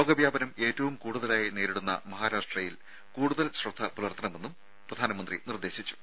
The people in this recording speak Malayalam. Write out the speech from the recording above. രോഗ വ്യാപനം ഏറ്റവും കൂടുതലായി നേരിടുന്ന മഹാരാഷ്ട്രയിൽ കൂടുതൽ ശ്രദ്ധ പുലർത്തണമെന്നും അദ്ദേഹം നിർദേശിച്ചു